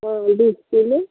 हाँ बीस किलो